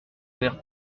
verre